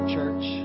church